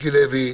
מיקי לוי,